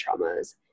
traumas